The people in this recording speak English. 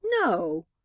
No